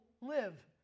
live